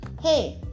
Hey